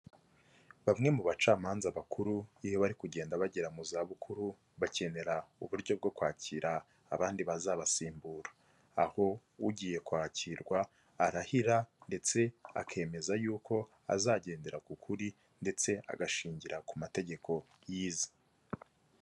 Bamwe mu bacamanza bakuru, iyo bari kugenda bagera mu zabukuru, bakenera uburyo bwo kwakira abandi bazabasimbura, aho ugiye kwakirwa arahira ndetse akemeza y'uko azagendera ku kuri ndetse agashingira ku mategeko yize.